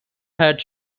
had